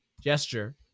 gesture